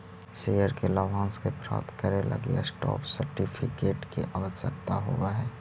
share के लाभांश के प्राप्त करे लगी स्टॉप सर्टिफिकेट के आवश्यकता होवऽ हइ